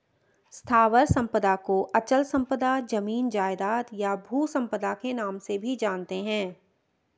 स्थावर संपदा को अचल संपदा, जमीन जायजाद, या भू संपदा के नाम से भी जानते हैं